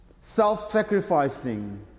self-sacrificing